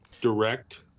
Direct